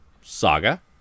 Saga